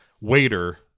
waiter